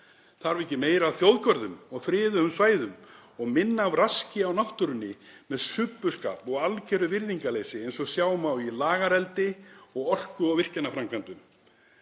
Þarf ekki meira af þjóðgörðum og friðuðum svæðum og minna af raski á náttúrunni með subbuskap og algjöru virðingarleysi eins og sjá má í lagareldi og orku- og virkjunarframkvæmdum?